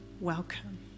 welcome